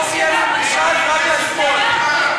תודה לחבר הכנסת יואב קיש.